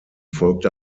folgte